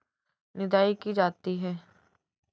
निदाई की जाती है?